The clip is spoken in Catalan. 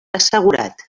assegurat